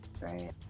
Right